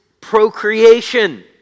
procreation